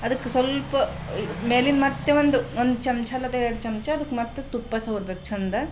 ಅದಕ್ಕೆ ಸ್ವಲ್ಪ ಮೇಲಿಂದ ಮತ್ತೆ ಒಂದು ಒಂದು ಚಮಚ ಅಲ್ಲದೆ ಎರಡು ಚಮಚ ಅದಕ್ಕೆ ಮತ್ತೆ ತುಪ್ಪ ಸವರಿ ಬೇಕು ಚಂದ